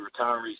retirees